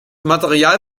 material